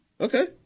Okay